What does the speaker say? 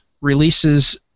releases